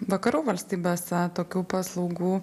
vakarų valstybėse tokių paslaugų